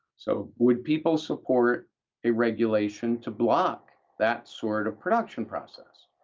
so would people support a regulation to block that sort of production process?